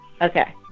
Okay